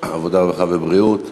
העבודה, הרווחה והבריאות.